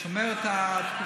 שאומר את התקופות.